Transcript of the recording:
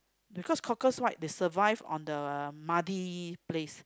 because the cockles right they survive on the muddy place